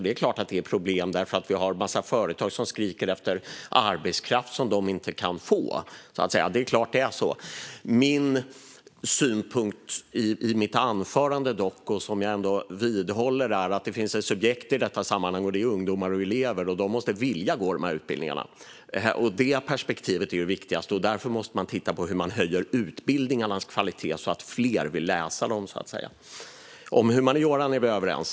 Det är klart att det är ett problem, för vi har en massa företag som skriker efter arbetskraft som de inte kan få. Det är klart att det är så. Min synpunkt i mitt anförande, som jag vidhåller, är dock att det finns ett subjekt i detta sammanhang, och det är ungdomar och elever. De måste vilja gå de här utbildningarna. Det perspektivet är viktigast, och därför måste man titta på hur man kan höja utbildningarnas kvalitet så att fler vill läsa dem. Om humaniora är vi överens.